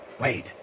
Wait